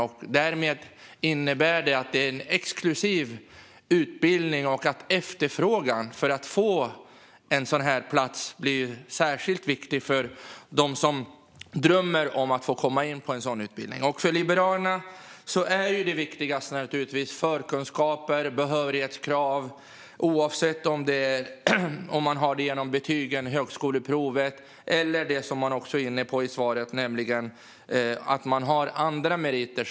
Det innebär att det är en exklusiv utbildning och att efterfrågan på dessa platser blir särskilt stor för dem som drömmer om att få komma in på denna utbildning. För Liberalerna är givetvis det viktigaste förkunskaper och behörighet, oavsett om man har det genom betyg, högskoleprov eller, som statsrådet också var inne på i svaret, andra kvalificerande meriter.